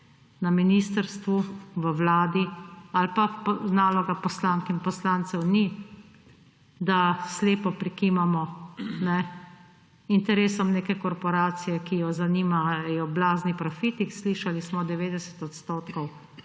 v ministrstvu, v Vladi ali pa naloga poslank in poslancev ni, da slepo prikimamo interesom neke korporacije, ki jo zanimajo blazni profiti. Slišali smo, 90 odstotkov